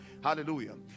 Hallelujah